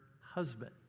husband